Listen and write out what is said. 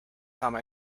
time